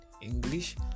english